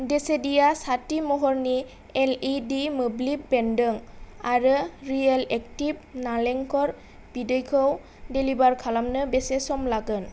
डेसिदिया साथि महरनि L E D मोब्लिब बेन्दों आरो रियेल एक्टिभ नारेंखल बिदैखौ डिलिबार खालामनो बेसे सम लागोन